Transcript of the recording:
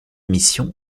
mission